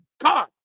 god